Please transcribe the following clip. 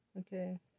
Okay